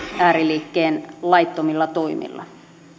ääriliikkeen laittomilla toimilla